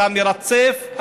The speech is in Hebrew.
אתה מרצף,